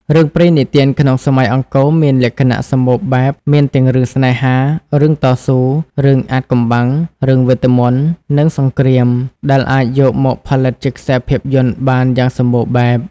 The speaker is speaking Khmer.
រឿងព្រេងនិទានក្នុងសម័យអង្គរមានលក្ខណៈសម្បូរបែប មានទាំងរឿងស្នេហា រឿងតស៊ូ រឿងអាថ៌កំបាំង រឿងវេទមន្ត និងសង្រ្គាម ដែលអាចយកមកផលិតជាខ្សែភាពយន្តបានយ៉ាងសម្បូរបែប។